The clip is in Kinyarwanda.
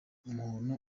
umuntu